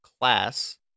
class